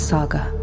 Saga